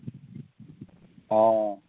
অঁ